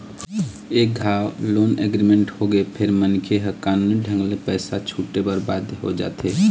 एक घांव loan agreement होगे फेर मनखे ह कानूनी ढंग ले पइसा छूटे बर बाध्य हो जाथे